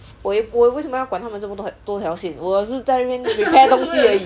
我也我为什么要管他们这么多条多条线我是在那边 repair 东西而已